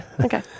Okay